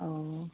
অঁ